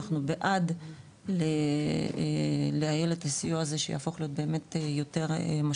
אנחנו בעד לייעל את הסיוע הזה שיהפוך להיות יותר משמעותי,